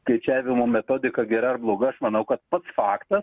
skaičiavimo metodika gera ar bloga aš manau kad pats faktas